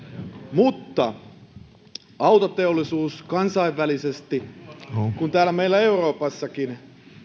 autoteollisuus niin kansainvälisesti kuin täällä meillä euroopassakin